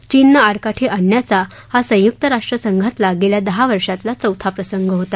चीननं आडकाठी आणण्याचा हा संयुक्त राष्ट्रसंघातला गेल्या दहा वर्षातला चौथा प्रसंग होता